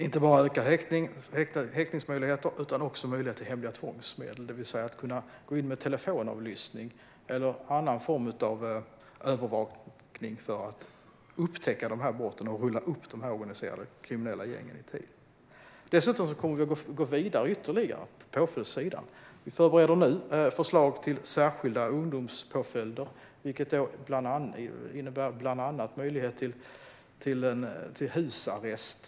Det handlar inte bara om ökade häktningsmöjligheter utan också om möjlighet till hemliga tvångsmedel, det vill säga att kunna gå in med telefonavlyssning eller annan form av övervakning för att upptäcka brotten och rulla upp de organiserade kriminella gängen i tid. Dessutom kommer vi att gå vidare ytterligare på offrets sida. Vi förbereder nu förslag till särskilda ungdomspåföljder, vilket bland annat innebär möjlighet till husarrest.